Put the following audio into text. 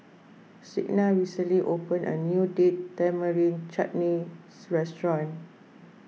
Signa recently opened a new Date Tamarind Chutney restaurant